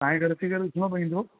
तव्हांजे घरि अची करे ॾिसिणो पवंदो